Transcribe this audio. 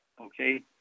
okay